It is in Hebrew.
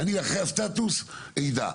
אחרי הסטטוס אני אדע.